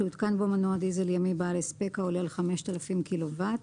שהותקן בו מנוע דיזל ימי בעל הספק העולה על 5,000 קילוואט